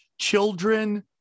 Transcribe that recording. children